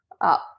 up